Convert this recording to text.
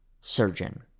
Surgeon